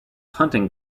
hunting